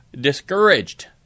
discouraged